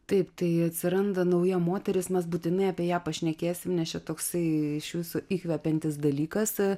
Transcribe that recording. taip tai atsiranda nauja moteris mes būtinai apie ją pašnekėsim nes čia toksai iš viso įkvepiantis dalykas